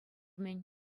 мӗн